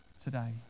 today